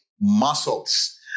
muscles